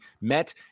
met